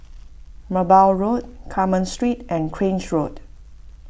Merbau Road Carmen Street and Grange Road